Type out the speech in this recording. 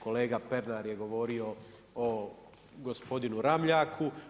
Kolega Pernar je govorio o gospodinu Ramljaku.